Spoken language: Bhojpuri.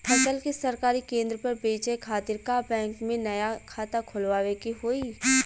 फसल के सरकारी केंद्र पर बेचय खातिर का बैंक में नया खाता खोलवावे के होई?